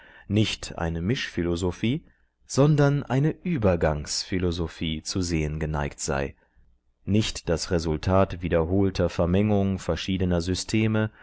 nicht eine mischphilosophie sondern eine übergangsphilosophie zu sehen geneigt sei nicht das resultat wiederholter vermengung verschiedener systeme